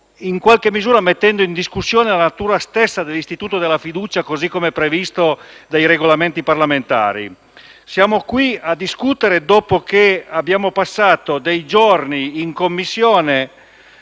in qualche misura mettendo in discussione la natura stessa dell'istituto della fiducia così come previsto dai Regolamenti parlamentari. Siamo qui a discutere dopo aver passato dei giorni in Commissione